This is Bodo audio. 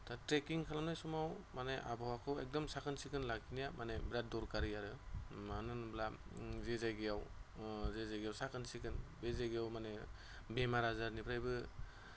दा ट्रेक्किं खालामनाय समाव आबहावाखौ माने एकदम साखोन सिखोन लाखिनाया बिराद दरखारि आरो मानो होमब्ला जे जायगायाव साखोन सिखोन बे जायगायाव माने बेमार आजारनिफ्रायबो